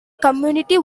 community